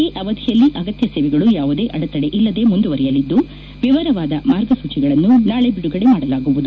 ಈ ಅವಧಿಯಲ್ಲಿ ಅಗತ್ಯ ಸೇವೆಗಳು ಯಾವುದೇ ಅಡೆತಡೆಯಿಲ್ಲದೆ ಮುಂದುವರಿಯಲಿದ್ದು ವಿವರವಾದ ಮಾರ್ಗಸೂಚಿಗಳನ್ನು ನಾಳೆ ಬಿಡುಗಡೆ ಮಾಡಲಾಗುವುದು